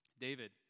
David